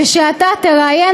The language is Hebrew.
ושאתה תראיין,